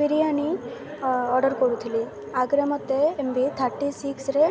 biryani order କରୁଥିଲି ଆଗରେ ମତେ ଏମ୍ ଭି ଥାର୍ଟି ସିକ୍ସରେ